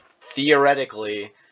theoretically